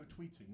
tweeting